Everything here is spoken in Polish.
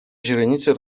źrenice